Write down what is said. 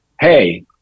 Hey